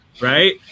right